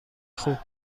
خوب